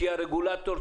שיהיה רגולטור,